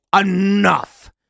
enough